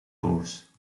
roos